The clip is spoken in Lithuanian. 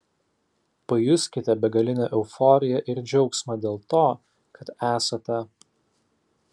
pajuskite begalinę euforiją ir džiaugsmą dėl to kad esate